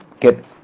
get